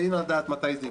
ואין לדעת מתי זה יקרה,